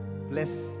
Bless